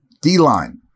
D-line